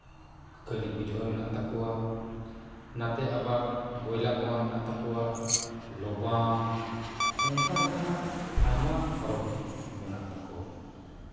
ᱠᱟᱹᱞᱤ ᱯᱩᱡᱟᱹ ᱦᱚᱸ ᱢᱮᱱᱟᱜ ᱛᱟᱠᱚᱣᱟ ᱱᱟᱛᱮ ᱟᱵᱟᱨ ᱜᱚᱭᱞᱟ ᱠᱚᱣᱟᱜ ᱢᱮᱱᱟᱜ ᱛᱟᱠᱚᱣᱟ ᱞᱚᱵᱟᱱ ᱚᱱᱠᱟ ᱞᱮᱠᱟᱱᱟᱜ ᱟᱭᱢᱟ ᱯᱚᱨᱚᱵᱽ ᱜᱮ ᱢᱮᱱᱟᱜ ᱛᱟᱠᱚᱣᱟ